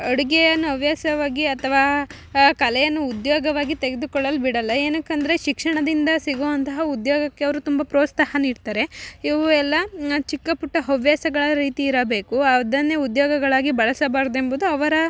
ಅಡುಗೆಯನ್ನು ಹವ್ಯಾಸವಾಗಿ ಅಥ್ವ ಕಲೆಯನ್ನು ಉದ್ಯೋಗವಾಗಿ ತೆಗೆದುಕೊಳ್ಳಲು ಬಿಡೊಲ್ಲ ಏನಕ್ಕೆ ಅಂದರೆ ಶಿಕ್ಷಣದಿಂದ ಸಿಗುವಂತಹ ಉದ್ಯೋಗಕ್ಕೆ ಅವರು ತುಂಬ ಪ್ರೋತ್ಸಾಹ ನೀಡ್ತಾರೆ ಇವು ಎಲ್ಲ ನಾ ಚಿಕ್ಕ ಪುಟ್ಟ ಹವ್ಯಾಸಗಳ ರೀತಿ ಇರಬೇಕು ಅದನ್ನೇ ಉದ್ಯೋಗಗಳಾಗಿ ಬಳಸಬಾರ್ದು ಎಂಬುದು ಅವರ